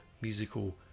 musical